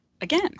again